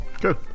Good